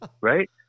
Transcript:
right